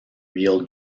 real